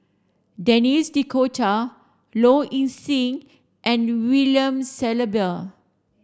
Denis D'Cotta Low Ing Sing and William Shellabear